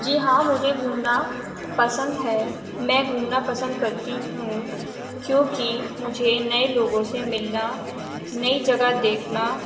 جی ہاں مجھے گھومنا پسند ہے میں گھومنا پسند کرتی ہوں کیونکہ مجھے نئے لوگوں سے ملنا نئی جگہ دیکھنا